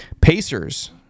Pacers